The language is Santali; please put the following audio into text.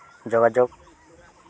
ᱡᱳᱜᱟᱡᱳᱜᱽ